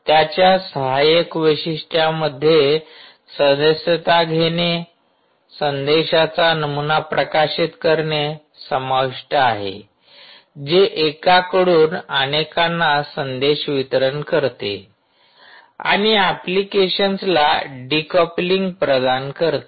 त्याच्या सहाय्यक वैशिष्ट्यांमधे सदस्यता घेणे संदेशाचा नमुना प्रकाशित करणे समाविष्ट आहे जे एकाकडून अनेकांना संदेश वितरण करते आणि एप्लिकेशन्सला डिकॉप्लींग प्रदान करते